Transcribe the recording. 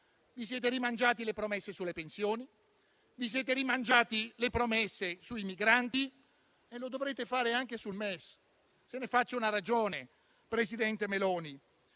vi siete rimangiati le promesse sulle pensioni e le promesse sui migranti, e lo dovrete fare anche sul MES. Se ne faccia una ragione, presidente Meloni,